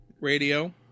Radio